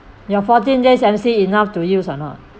your fourteen days M_C enough to use or not